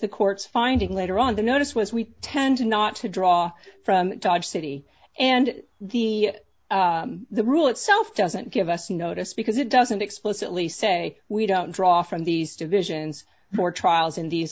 the court's finding later on the notice was we tend not to draw from dodge city and the the rule itself doesn't give us the notice because it doesn't explicitly say we don't draw from these divisions or trials in these